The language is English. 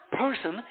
person